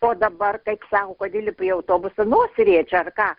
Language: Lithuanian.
o dabar taip sau kad įlipi į autobusą nosį riečia ar ką